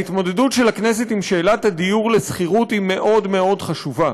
ההתמודדות של הכנסת עם שאלת הדיור לשכירות היא מאוד מאוד חשובה.